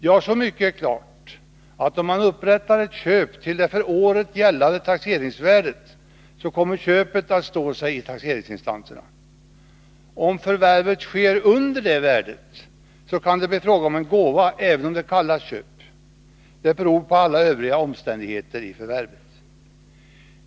Ja, så mycket är klart att om man upprättar ett köp till det för året gällande taxeringsvärdet så kommer det köpet att stå sig i taxeringsinstanserna. Om förvärvet sker under det värdet kan det bli fråga om gåva även om det kallas köp. Det beror på alla övriga omständigheter i förvärvet.